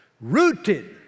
rooted